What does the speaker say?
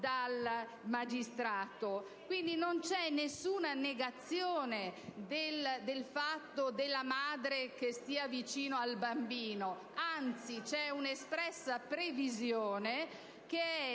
dal magistrato. Quindi non c'è nessuna negazione dell'ipotesi che la madre stia vicino al bambino, anzi, c'è un'espressa previsione che è